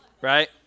Right